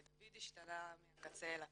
ודוד השתנה מהקצה אל הקצה.